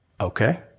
Okay